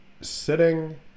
sitting